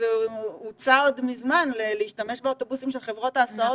הוצע עוד מזמן להשתמש באוטובוסים של חברות ההסעות